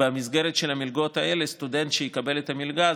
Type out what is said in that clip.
במסגרת של המלגות האלה סטודנט יקבל את המלגה,